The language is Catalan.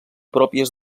pròpies